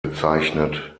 bezeichnet